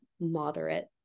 moderate